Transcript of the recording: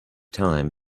time